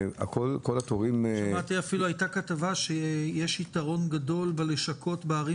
הייתה כתבה שיש יתרון גדול בלשכות בערים